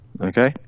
Okay